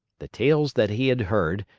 the tales that he had heard,